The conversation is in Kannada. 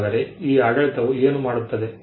ಹಾಗಾದರೆ ಈ ಆಡಳಿತವು ಏನು ಮಾಡುತ್ತದೆ